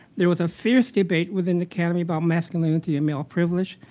there was a fierce debate within the county about masculinity and male privilege.